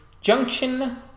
Junction